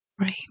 Right